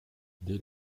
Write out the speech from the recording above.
dès